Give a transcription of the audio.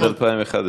עד 2011,